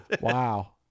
Wow